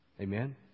Amen